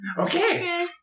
Okay